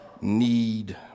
need